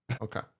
Okay